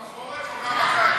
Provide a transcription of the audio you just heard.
רק בחורף, או גם בקיץ?